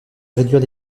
réduire